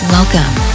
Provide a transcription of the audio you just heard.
Welcome